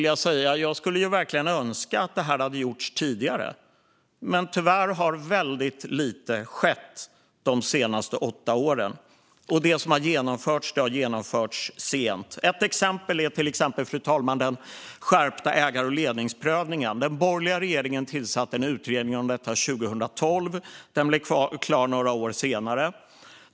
Jag skulle verkligen önska att detta hade gjorts tidigare, men tyvärr har mycket lite skett de senaste åtta åren. Det som har genomförts har genomförts sent. Ett exempel är den skärpta ägar och ledningsprövningen. Den borgerliga regeringen tillsatte en utredning om detta 2012. Den blev klar några år senare.